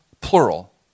plural